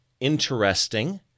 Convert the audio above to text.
interesting